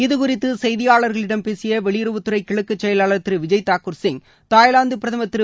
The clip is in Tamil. இது குறித்து செப்தியாளர்களிடம் பேசிய வெளியுறவுத்துறை கிழக்கு செயலாளர் திரு விஜய் தாக்கூர் தாய்லாந்து பிரதமர் திரு